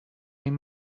این